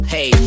Hey